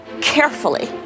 carefully